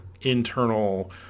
internal